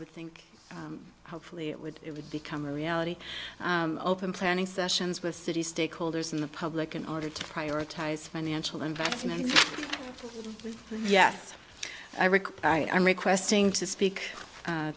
would think hopefully it would it would become a reality open planning sessions with city stakeholders in the public in order to prioritize financial investment yes i recall i am requesting to speak